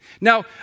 Now